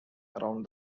around